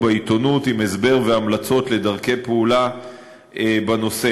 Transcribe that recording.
בעיתונות עם הסבר והמלצות לדרכי פעולה בנושא.